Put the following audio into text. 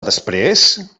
després